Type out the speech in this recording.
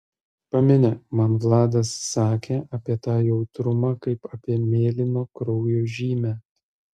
pameni man vladas sakė apie tą jautrumą kaip apie mėlyno kraujo žymę